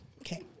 Okay